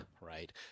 right